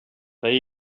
they